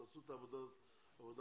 תעשו את העבודה המקצועית.